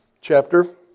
chapter